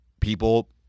people